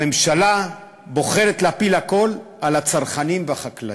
הממשלה בוחרת להפיל הכול על הצרכנים והחקלאים.